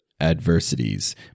adversities